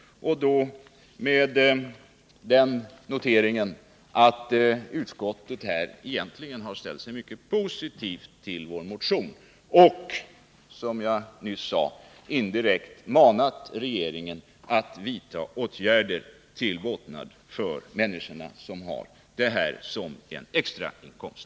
Jag gör det med den noteringen, att utskottet egentligen har ställt sig mycket positivt till vår motion och, som jag nyss sade, indirekt manat regeringen att vidta åtgärder till båtnad för de människor som har bäroch svampplockning som en extrainkomst..